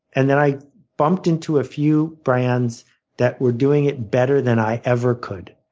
and then i bumped into a few brands that were doing it better than i ever could.